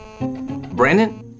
Brandon